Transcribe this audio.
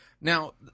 Now